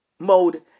Mode